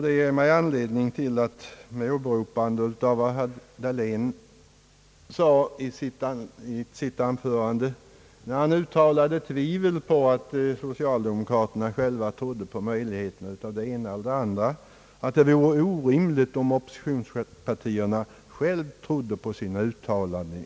Det ger mig anledning till att med åberopande av vad herr Dahlén sade i sitt anförande, då han utta lade tvivel på att socialdemokraterna själva trodde på möjligheten av det ena eller det andra, framhålla att det vore orimligt om oppositionspartierna själva tror på sina uttalanden.